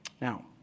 Now